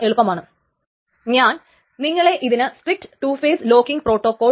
ഇവിടെ ചില വ്യത്യാസങ്ങൾ അല്ലെങ്കിൽ വേരിയന്റ്സ് ഈ 2 ഫെയ്സ് പ്രോട്ടോകോളിൽ ഉണ്ട്